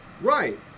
Right